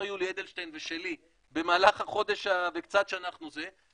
יולי אדלשטיין ולי במהלך החודש וקצת שאנחנו פה,